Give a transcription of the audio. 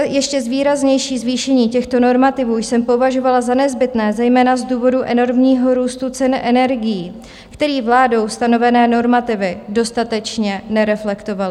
Ještě výraznější zvýšení těchto normativů jsem považovala za nezbytné zejména z důvodu enormního růstu cen energií, který vládou stanovené normativy dostatečně nereflektovaly.